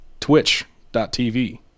Twitch.tv